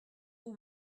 who